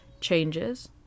changes